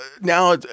now